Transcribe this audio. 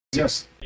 Yes